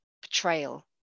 betrayal